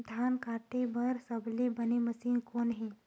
धान काटे बार सबले बने मशीन कोन हे?